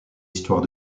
histoire